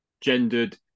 gendered